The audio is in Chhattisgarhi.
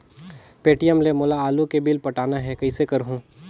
पे.टी.एम ले मोला आलू के बिल पटाना हे, कइसे करहुँ?